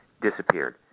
disappeared